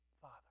Father